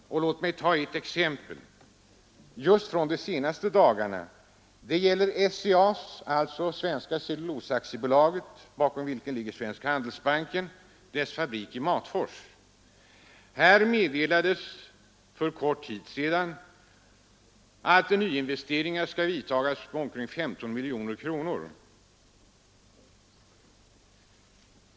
Låt mig ta ett exempel från de senaste dagarna. Det gäller Svenska cellulosa AB:s fabrik i Matfors. Bakom SCA ligger Svenska handelsbanken. För en kort tid sedan meddelades att nyinvesteringar skulle göras för omkring 15 miljoner kronor.